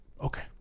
Okay